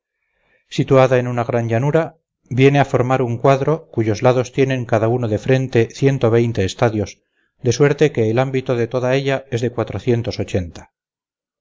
fue destruida situada en una gran llanura viene a formar un cuadro cuyos lados tienen cada uno de frente ciento veinte estadios de suerte que el ámbito de toda ella es de cuatrocientos ochenta